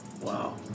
Wow